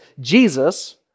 Jesus